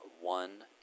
one